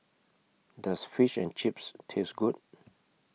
Does Fish and Chips Taste Good